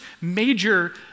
major